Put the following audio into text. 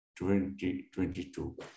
2022